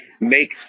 make